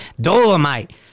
Dolomite